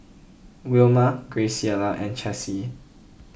Wilma Graciela and Chessie